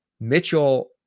Mitchell